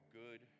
good